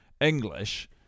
English